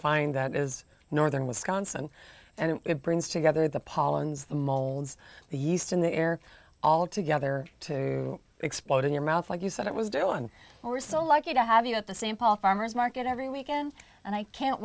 find that is northern wisconsin and it brings together the pollens the molds the yeast in the air all together to explode in your mouth like you said it was doing we're so lucky to have you at the same paul farmer's market every weekend and i can't